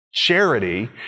Charity